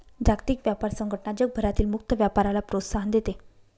जागतिक व्यापार संघटना जगभरातील मुक्त व्यापाराला प्रोत्साहन देते